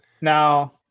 Now